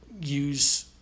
use